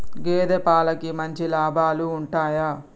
గేదే పాలకి మంచి లాభాలు ఉంటయా?